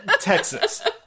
Texas